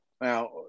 now